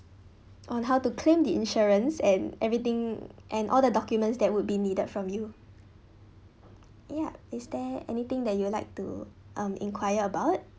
on how to claim the insurance and everything and all the documents that would be needed from you yeah is there anything that you would like to um enquire about